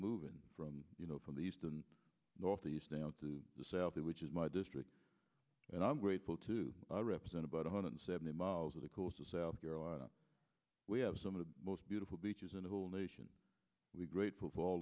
moving from you know from the east and northeast down to the south which is my district and i'm grateful to represent about one hundred seventy miles of the coast of south carolina we have some of the most beautiful beaches in the whole nation we're grateful for all